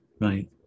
right